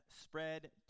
spread